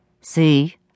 See